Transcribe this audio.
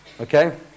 Okay